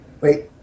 Wait